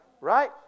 Right